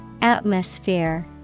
Atmosphere